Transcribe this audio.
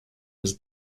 his